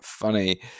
funny